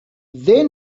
they